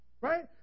right